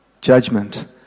judgment